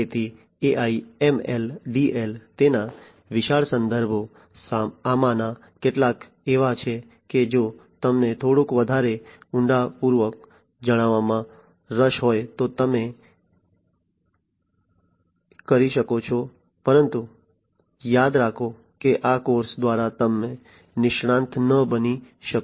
તેથી AI ML DL તેના વિશાળ સંદર્ભો આમાંના કેટલાક એવા છે કે જો તમને થોડું વધારે ઊંડાણપૂર્વક જાણવામાં રસ હોય તો તમે કરી શકો છો પરંતુ યાદ રાખો કે આ કોર્સ દ્વારા તમે નિષ્ણાત ન બની શકો